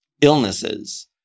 illnesses